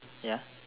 ya